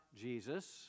Jesus